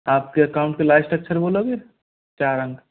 आपके अकाउंट के लाइस्ट अक्षर बोलोगे चार अंक